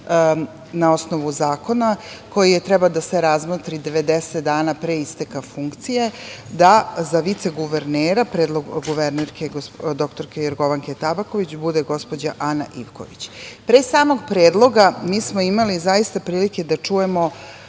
na osnovu zakona koji je trebao da 90 dana pre isteka funkcije da za viceguvernera, predlog guvernerke dr Jorgovanke Tabaković bude gospođa Ana Ivković. Pre samog predloga mi smo imali, zaista prilike da čujemo